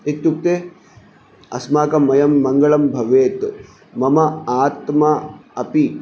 इत्युक्ते अस्माकम् अयं मङ्गळं भवेत् मम आत्मा अपि